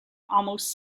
almost